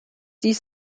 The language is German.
dies